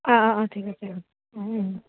অঁ অঁ অঁ ঠিক আছে